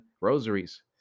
rosaries